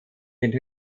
into